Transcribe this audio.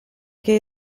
che